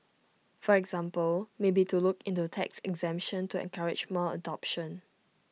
for example maybe to look into tax exemption to encourage more adoption